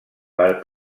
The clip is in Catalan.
per